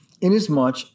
inasmuch